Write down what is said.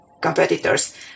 competitors